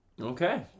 okay